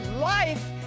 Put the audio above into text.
life